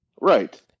Right